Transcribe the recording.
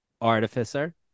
artificer